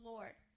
Lord